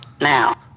now